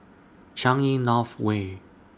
Changi North Way